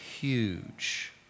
huge